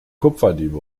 kupferdiebe